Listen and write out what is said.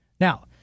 Now